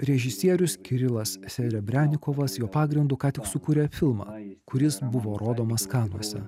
režisierius kirilas serebrenikovas jo pagrindu ką tik sukūrė filmą kuris buvo rodomas kanuose